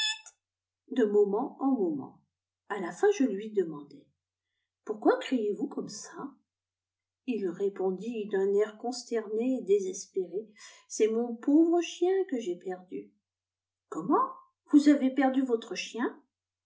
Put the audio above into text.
de moment en moment a la fin je lui demandai pourquoi criez-vous comme ça ii répondit d'un air consterné désespéré c'est mon pauvre chien que j'ai perdu comment vous avez perdu votre chien